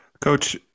Coach